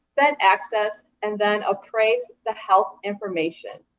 then access, and then appraise the health information.